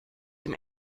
dem